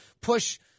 push